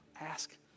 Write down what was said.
ask